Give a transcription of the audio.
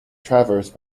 traverse